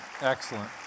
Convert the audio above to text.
Excellent